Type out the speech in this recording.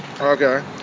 Okay